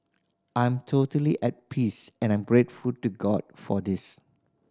I am totally at peace and I'm grateful to God for this